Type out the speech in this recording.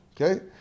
Okay